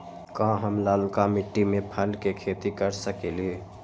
का हम लालका मिट्टी में फल के खेती कर सकेली?